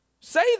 say